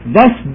Thus